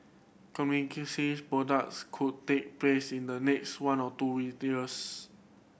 products could take place in the next one or two years